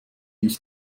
ich